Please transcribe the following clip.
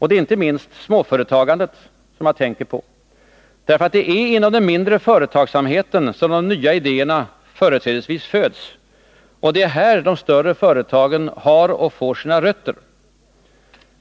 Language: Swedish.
Det är inte minst småföretagandet som man tänker på, för det är inom den mindre företagsamheten som de nya idéerna företrädesvis föds, och det är här som de större företagen har och får sina rötter.